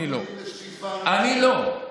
אני לא.